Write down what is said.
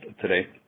today